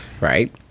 Right